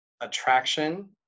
attraction